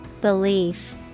Belief